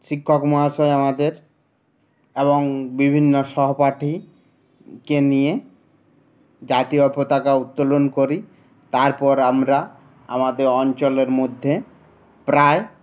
শিক্ষক মহাশয় আমাদের এবং বিভিন্ন সহপাঠীকে নিয়ে জাতীয় পতাকা উত্তোলন করি তারপর আমরা আমাদের অঞ্চলের মধ্যে প্রায়